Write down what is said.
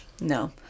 No